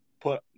put